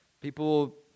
People